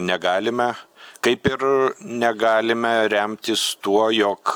negalime kaip ir negalime remtis tuo jog